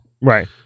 Right